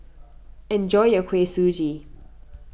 enjoy your Kuih Suji